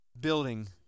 building